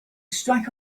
strike